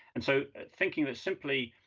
and so thinking that simply,